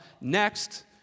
Next